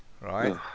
right